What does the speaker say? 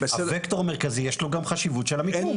הווקטור המרכזי יש לו גם חשיבות של המיקום,